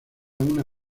una